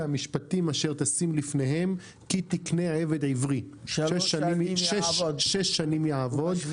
המשפטים אשר תשים לפניהם; כי תקנה עבד עברי שש שנים יעבוד,